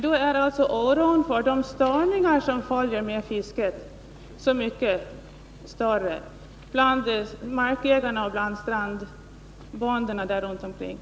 Då är oron så mycket större bland markägarna och strandbönderna för de störningar som följer med fisket.